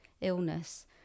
illness